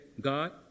God